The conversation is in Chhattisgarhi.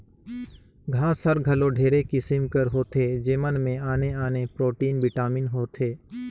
घांस हर घलो ढेरे किसिम कर होथे जेमन में आने आने प्रोटीन, बिटामिन होथे